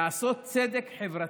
לעשות צדק חברתי".